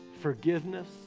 forgiveness